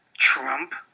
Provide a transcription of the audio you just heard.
Trump